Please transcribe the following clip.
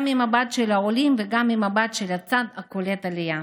גם מהמבט של העולים וגם מהמבט של הצד קולט העלייה.